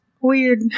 Weird